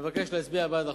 אני מבקש להצביע בעד החוק.